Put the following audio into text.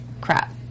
crap